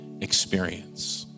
experience